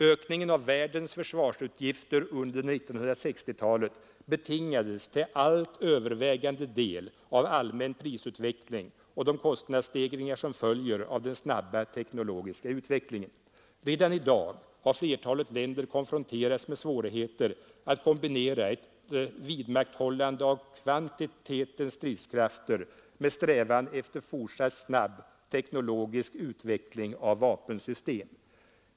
Ökningen av världens försvarsutgifter under 1960-talet betingades till allt övervägande del av allmän prisutveckling och de kostnadsstegringar som följer av den snabba teknologiska utvecklingen. Redan i dag har flertalet länder konfronterats med svårigheten att kombinera ett vidmakthållande av kvantiteten stridskrafter med strävan efter fortsatt snabb teknologisk utveckling av vapensystem.